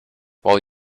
while